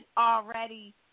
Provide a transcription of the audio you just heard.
already